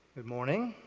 good morning.